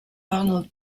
arnold